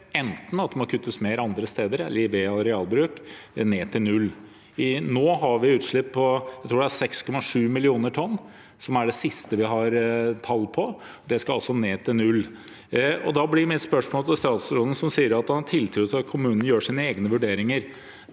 enten det må kuttes mer andre steder eller i arealbruk, ned til null. Nå har vi utslipp på – jeg tror det er – 6,7 millioner tonn, som er det siste vi har tall på. Det skal altså ned til null. Da blir mitt spørsmål til statsråden, som sier at han har tiltro til at kommunene gjør sine egne vurderinger: